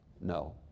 No